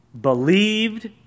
Believed